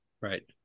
right